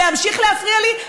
להמשיך להפריע לי,